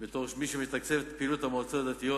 בתור מי שמתקצב את פעילות המועצות הדתיות,